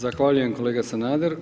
Zahvaljujem kolega Sanader.